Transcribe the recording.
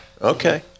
Okay